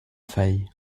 faille